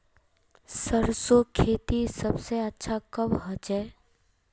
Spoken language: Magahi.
सरसों खेती सबसे अच्छा कब होचे?